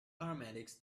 paramedics